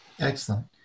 Excellent